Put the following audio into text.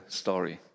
story